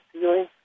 ceiling